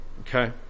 okay